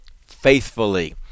faithfully